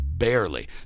barely